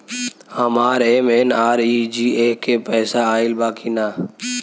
हमार एम.एन.आर.ई.जी.ए के पैसा आइल बा कि ना?